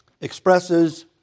expresses